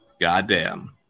Goddamn